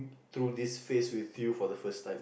through this phase with you for the first time